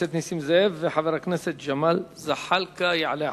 וחבר הכנסת ג'מאל זחאלקה אחריו.